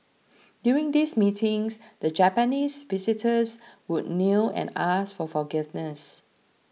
during these meetings the Japanese visitors would kneel and ask for forgiveness